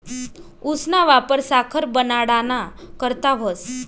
ऊसना वापर साखर बनाडाना करता व्हस